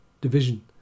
division